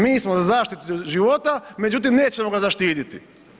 Mi smo za zaštitu života međutim nećemo ga zaštititi.